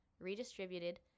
redistributed